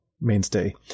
mainstay